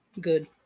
Good